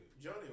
Johnny